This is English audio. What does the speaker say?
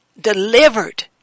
delivered